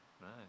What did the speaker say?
Nice